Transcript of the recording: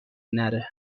نره